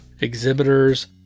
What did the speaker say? exhibitors